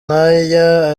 nk’aya